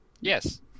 Yes